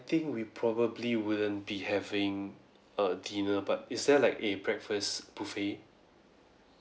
think we probably wouldn't be having uh dinner but is there like a breakfast buffet